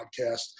podcast